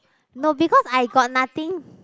no because I got nothing